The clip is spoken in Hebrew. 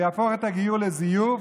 ויהפוך את הגיור לזיוף,